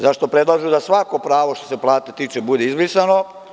Zašto predlažu da svako pravo što se plate tiče bude izbrisano?